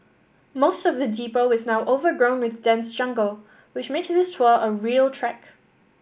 most of the depot is now overgrown with dense jungle which makes this tour a real trek